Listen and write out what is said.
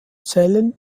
zellen